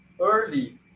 early